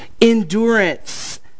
endurance